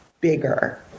bigger